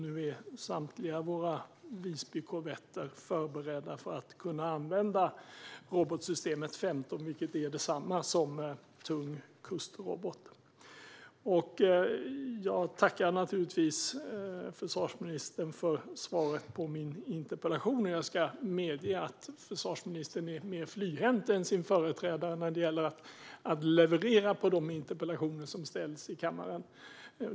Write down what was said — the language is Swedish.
Nu är samtliga våra Visbykorvetter förberedda för att kunna använda robotsystem 15, vilket är detsamma som tung kustrobot. Jag tackar naturligtvis försvarsministern för svaret på min interpellation. Jag ska medge att försvarsministern är mer flyhänt än sin företrädare när det gäller att leverera på de interpellationer som ställs i kammaren.